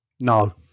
No